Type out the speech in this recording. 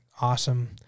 awesome